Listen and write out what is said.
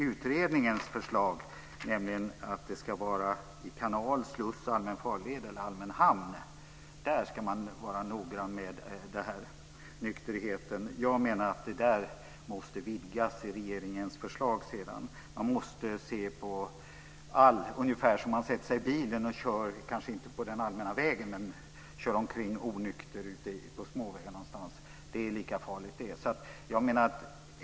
Utredningens förslag avser bara att man i kanal, sluss, allmän farled eller allmän hamn ska vara noggrann med nykterheten. Jag menar att denna avgränsning måste vidgas i regeringens kommande förslag. Detta är lika farligt som att sätta sig i bilen och köra omkring onykter på småvägar, om också inte på allmän väg.